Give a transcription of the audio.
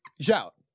Shout